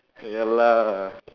ya lah